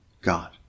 God